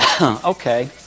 okay